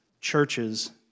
churches